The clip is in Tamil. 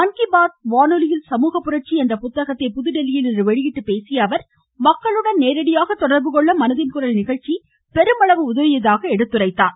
மன் கி பாத் வானொலியில் சமூகப்புரட்சி என்ற புத்தகத்தை புதுதில்லியில் இன்று வெளியிட்டுப் பேசிய அவர் மக்களுடன் நேரடியாக தொடர்பு கொள்ள மனதின் குரல் நிகழ்ச்சி பெருமளவு உதவியதாக எடுத்துரைத்தார்